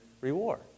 reward